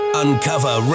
uncover